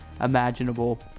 imaginable